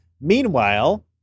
Meanwhile